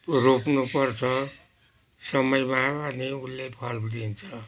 रोप्नुपर्छ समयमा अनि उसले फल दिन्छ